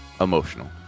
emotional